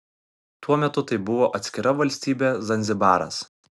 tuo metu tai buvo atskira valstybė zanzibaras